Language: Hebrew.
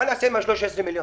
מה נעשה עם 113 מיליון?